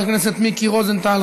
תודה רבה לחבר הכנסת מיקי רוזנטל.